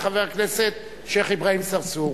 לחבר הכנסת שיח' אברהים צרצור.